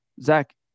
Zach